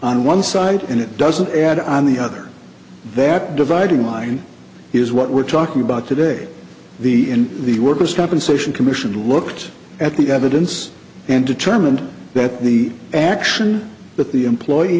on one side and it doesn't add on the other that dividing line is what we're talking about today the in the worker's compensation commission looked at the evidence and determined that the action but the employee